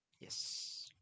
yes